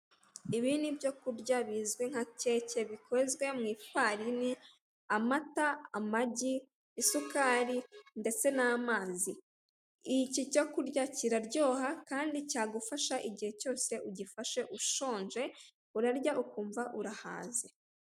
Ibi ni ibyo kurya bizwi nka keke bikozwe mu ifarini, amata, amagi isukari ndetse n'amazi, iki cyo kurya kiraryoha kandi cyagufasha igihe cyose ugifashe ushonje, urarya ukumva urahaze.